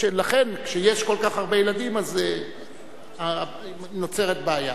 לכן, כשיש כל כך הרבה ילדים אז נוצרת בעיה,